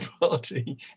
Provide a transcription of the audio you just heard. party